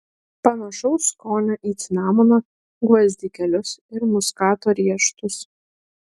panašaus skonio į cinamoną gvazdikėlius ir muskato riešutus